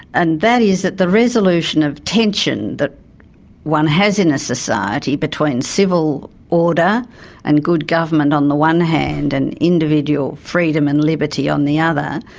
and that is that the resolution of tension that one has in a society between civil order and good government on the one hand and individual freedom and liberty on the other,